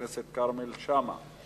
אני קובע שהצעת חוק הכנסת (תיקון מס' 30)